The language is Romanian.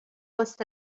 fost